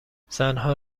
زنها